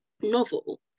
novel